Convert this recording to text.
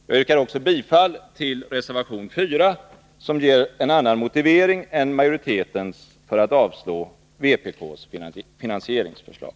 Jag yrkar också bifall till reservation 4, som ger en annan motivering än majoritetens för att avslå vpk:s finansieringsförslag.